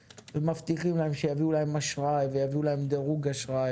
ומבטיחים להם שיביאו להם כרטיס אשראי ויביאו להם דירוג אשראי